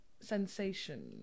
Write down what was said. sensation